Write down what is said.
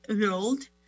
world